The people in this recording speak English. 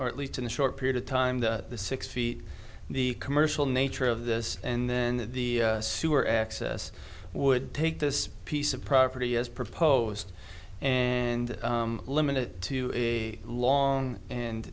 or at least in the short period of time the six feet the commercial nature of this and then the sewer access would take this piece of property as proposed and limit it to a long and